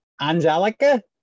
Angelica